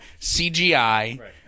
CGI